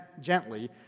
gently